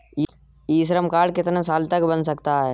ई Shram card कितने साल तक बन सकता है?